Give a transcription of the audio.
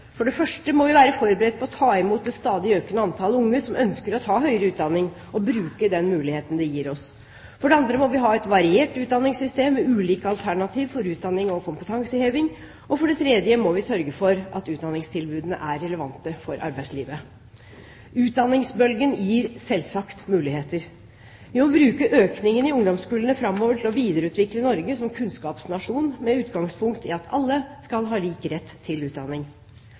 For det første må vi være forberedt på å ta imot det stadig økende antallet unge som ønsker å ta høyere utdanning, og bruke den muligheten det gir oss. For det andre må vi ha et variert utdanningssystem med ulike alternativer for utdanning og kompetanseheving, og for det tredje må vi sørge for at utdanningstilbudene er relevante for arbeidslivet. Utdanningsbølgen gir selvsagt muligheter. Vi må bruke økningen i ungdomskullene framover til å videreutvikle Norge som kunnskapsnasjon med utgangspunkt i at alle skal ha lik rett til utdanning.